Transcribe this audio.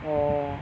orh